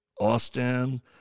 Austin